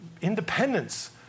independence